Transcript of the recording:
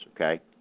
okay